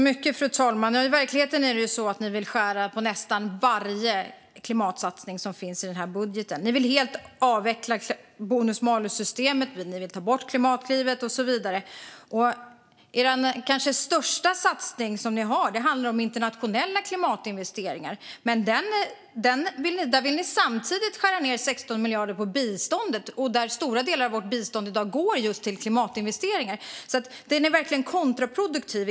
Fru talman! I verkligheten vill ni skära på nästan varje klimatsatsning i den här budgeten. Ni vill helt avveckla bonus-malus-systemet, ni vill ta bort Klimatklivet och så vidare. Er kanske största satsning handlar om internationella klimatinvesteringar, men där vill ni samtidigt skära ned med 16 miljarder på biståndet. Stora delar av vårt bistånd går i dag till just klimatinvesteringar. Er budget är alltså verkligen kontraproduktiv.